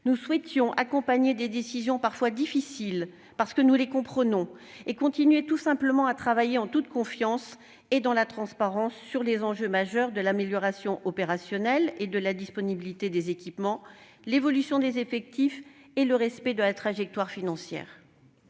Nous souhaitions accompagner des décisions parfois difficiles, parce que nous les comprenons, et continuer tout simplement à travailler dans la confiance et la transparence sur les enjeux majeurs que sont l'amélioration opérationnelle, la disponibilité des équipements, l'évolution des effectifs et le respect de la trajectoire financière.